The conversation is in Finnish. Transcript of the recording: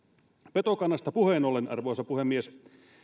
petokannasta puheen ollen arvoisa puhemies